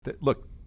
look